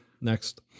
Next